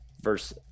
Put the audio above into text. Verse